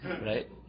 right